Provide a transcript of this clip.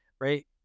right